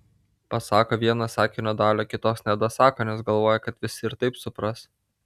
pasako vieną sakinio dalį o kitos nedasako nes galvoja kad visi ir taip supras